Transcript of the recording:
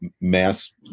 mass